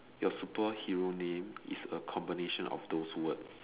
your superhero name is a combination of those words